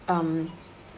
um